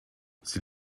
sie